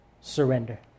surrender